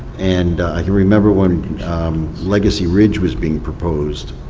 and i can remember when legacy ridge was being proposed,